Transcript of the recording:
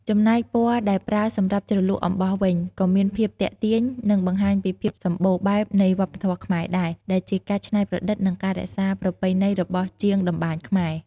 ចំណែកពណ៌ដែលប្រើសម្រាប់ជ្រលក់អំបោះវិញក៏មានភាពទាក់ទាញ និងបង្ហាញពីភាពសម្បូរបែបនៃវប្បធម៌ខ្មែរដែរ ដែលជាការច្នៃប្រឌិត និងការរក្សាប្រពៃណីរបស់ជាងតម្បាញខ្មែរ។